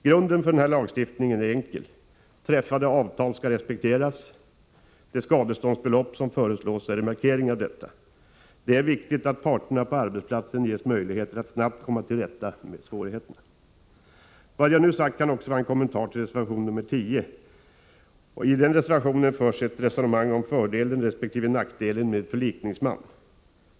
Grunden för denna lagstiftning är enkel. Träffade avtal skall respekteras. Det skadeståndsbelopp som föreslås är en markering av detta. Det som är viktigt är att parterna på arbetsplatsen ges möjligheter att snabbt komma till rätta med svårigheterna. Vad jag nu sagt kan också vara en kommentar till reservation nr 10. I den reservationen förs ett resonemang om fördelen resp. nackdelen med förlikningsman.